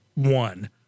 one